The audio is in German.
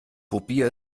probier